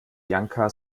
janka